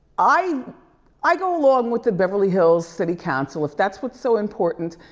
i i go along with the beverly hills city council. if that's what's so important,